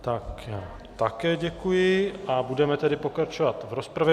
Já také děkuji a budeme tedy pokračovat v rozpravě.